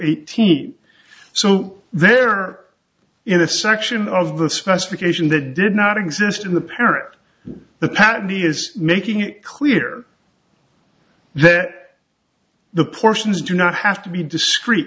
eighteen so they're in a section of the specification that did not exist in the parent the patent he is making it clear that the portions do not have to be